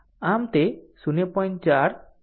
આમ તે 0